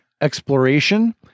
exploration